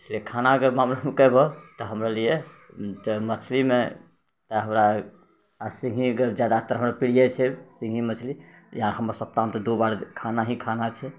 इसलिए खाना अगर मामिलामे कहबौ तऽ हमरा लिए मछलीमे तऽ हमरा आओर सिङ्गही अगर ज्यादातर हमरा प्रिय छै सिङ्गही मछली या हम सप्ताहमे तऽ दू बेर खाना ही खाना छै